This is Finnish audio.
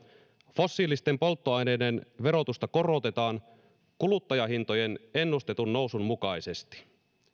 fossiilisten polttoaineiden verotusta korotetaan kuluttajahintojen ennustetun nousun mukaisesti